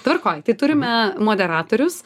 tvarkoj tai turime moderatorius